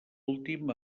últim